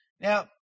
Now